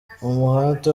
umuhate